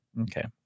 Okay